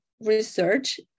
research